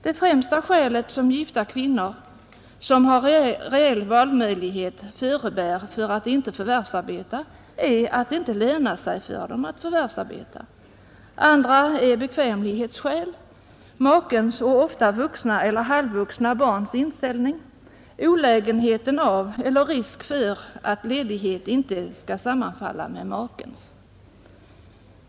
Det främsta skälet som gifta kvinnor, som har reell valmöjlighet, förebär för att inte förvärvsarbeta är att det inte lönar sig för dem att förvärvsarbeta, andra är bekvämlighetsskäl, makens och ofta vuxna eller halvvuxna barns inställning, olägenheten av eller risk för att ledighet inte skall sammanfalla med makens.